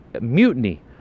mutiny